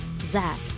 Zach